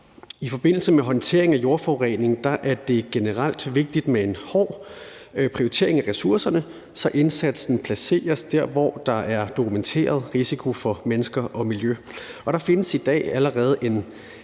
I forbindelse med håndteringen af jordforurening er det generelt vigtigt med en hård prioritering af ressourcerne, så indsatsen placeres der, hvor der er en dokumenteret risiko for mennesker og miljø, og der findes i dag allerede en